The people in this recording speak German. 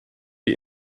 die